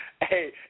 Hey